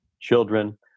Children